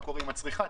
מה קורה עם הצריכה.